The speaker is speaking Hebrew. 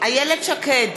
איילת שקד,